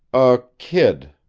a kid.